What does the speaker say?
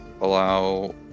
allow